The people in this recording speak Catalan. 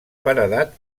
paredat